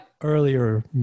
earlier